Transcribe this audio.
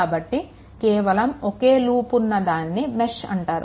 కాబట్టి కేవలం ఒకే లూప్ఉన్న దానిని మెష్ అంటారు